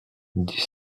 dix